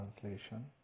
Translation